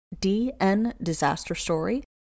DNDisasterStory